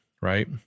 right